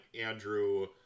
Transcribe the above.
Andrew